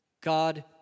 God